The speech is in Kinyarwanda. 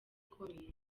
ikomeye